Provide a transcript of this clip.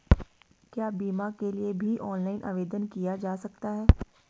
क्या बीमा के लिए भी ऑनलाइन आवेदन किया जा सकता है?